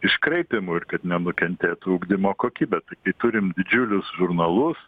iškraipymų ir kad nenukentėtų ugdymo kokybė tai turint didžiulius žurnalus